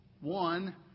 One